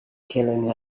killing